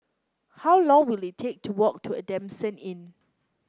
how long will it take to walk to Adamson Inn